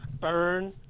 burn